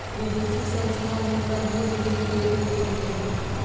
विदेशी संस्था हुनका बहुत नीक वेतन देलकैन